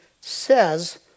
says